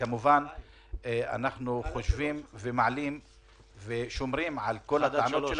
וכמובן אנחנו חושבים ומעלים ושומרים על כל הטענות שלנו